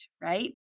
right